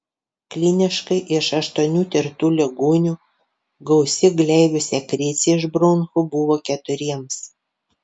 kliniškai iš aštuonių tirtų ligonių gausi gleivių sekrecija iš bronchų buvo keturiems